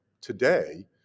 today